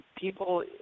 people